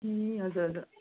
ए हजुर हजुर